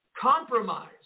compromise